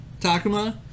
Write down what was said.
Takuma